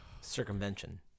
circumvention